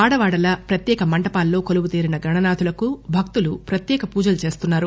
వాడవాడలా ప్రత్యేక మంటపాల్లో కొలువుదీరిన గణనాథులకు భక్తులు ప్రత్యేక పూజలు చేస్తున్నారు